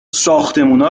ساختمونا